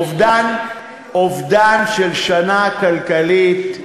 אובדן של שנה כלכלית,